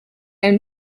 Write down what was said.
owned